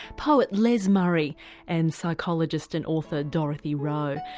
poet les murray and psychologist and author dorothy rowe.